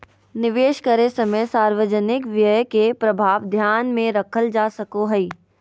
निवेश करे समय सार्वजनिक व्यय के प्रभाव ध्यान में रखल जा सको हइ